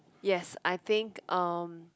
yes I think um